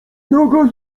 noga